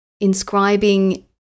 inscribing